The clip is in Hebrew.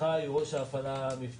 חי הוא ראש ההפעלה המבצעית,